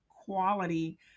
quality